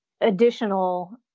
additional